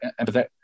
empathetic